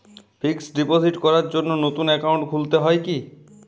Fix deposit করার জন্য নতুন অ্যাকাউন্ট খুলতে হয় কী?